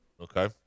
Okay